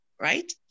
right